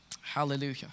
Hallelujah